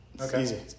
Okay